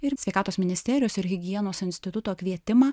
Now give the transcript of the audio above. ir sveikatos ministerijos ir higienos instituto kvietimą